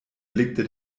blickte